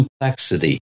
complexity